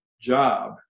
job